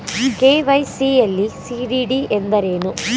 KYC ಯಲ್ಲಿ CDD ಎಂದರೇನು?